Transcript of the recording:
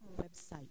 website